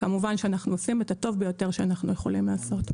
כמובן שאנחנו עושים את הטוב ביותר שאנחנו יכולים לעשות.